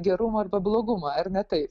gerumą arba blogumą ar ne taip